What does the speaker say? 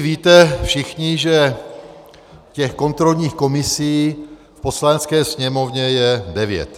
Víte všichni, že těch kontrolních komisí v Poslanecké sněmovně je devět.